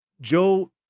Joe